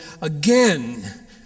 again